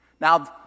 Now